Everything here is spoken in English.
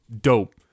dope